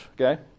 okay